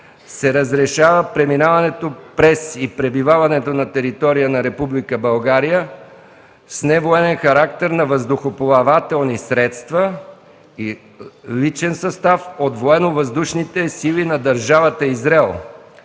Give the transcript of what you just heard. се разрешава преминаването през и пребиваването на територията на Република България с невоенен характер на въздухоплавателни средства и личен състав от военновъздушните сили на държавата Израел